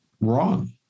wrong